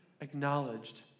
acknowledged